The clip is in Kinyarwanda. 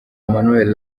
emmanuel